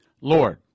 Lord